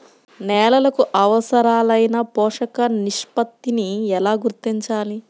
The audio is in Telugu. నేలలకు అవసరాలైన పోషక నిష్పత్తిని ఎలా గుర్తించాలి?